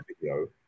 video